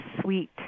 sweet